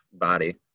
body